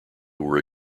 were